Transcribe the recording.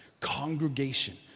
Congregation